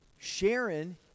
Sharon